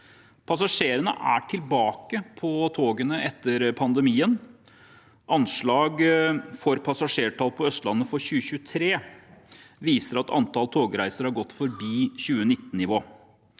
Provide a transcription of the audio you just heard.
Passasjerene er tilbake på togene etter pandemien. Anslag for passasjertall på Østlandet for 2023 viser at antallet togreiser har gått forbi 2019-nivå.